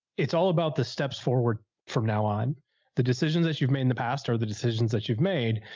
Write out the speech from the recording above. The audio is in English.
it's all about the steps forward from now on the decisions that you've made in the past or the decisions that you've made.